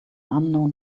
unknown